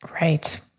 Right